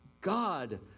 God